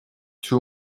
two